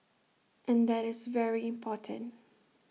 and that is very important